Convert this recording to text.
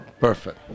perfect